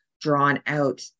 drawn-out